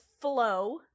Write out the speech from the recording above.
flow